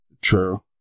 True